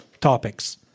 topics